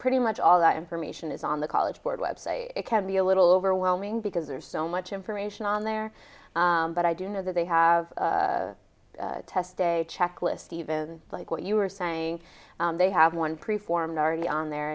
pretty much all that information is on the college board web site it can be a little overwhelming because there's so much information on there but i do know that they have a test day checklist even like what you were saying they have one pre formed already on there